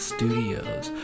Studios